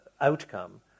outcome